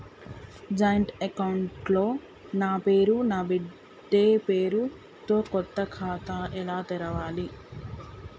Joint account లో నా పేరు నా బిడ్డే పేరు తో కొత్త ఖాతా ఎలా తెరవాలి?